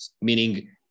meaning